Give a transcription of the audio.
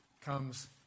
comes